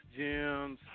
gyms